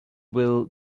will